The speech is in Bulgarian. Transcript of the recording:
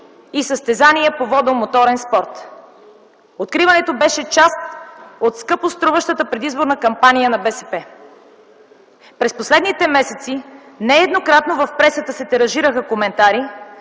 и състезания по водо-моторен спорт. Откриването беше част от скъпо струващата предизборна кампания на БСП. През последните месеци нееднократно в пресата се тиражираха коментари,